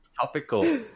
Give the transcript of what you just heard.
topical